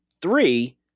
three